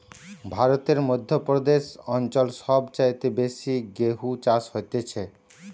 ভারতের মধ্য প্রদেশ অঞ্চল সব চাইতে বেশি গেহু চাষ হতিছে